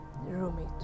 roommate